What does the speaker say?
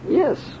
yes